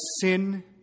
sin